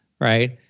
right